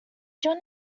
john